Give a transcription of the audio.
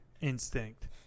instinct